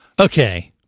Okay